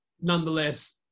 Nonetheless